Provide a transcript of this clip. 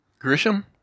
Grisham